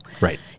right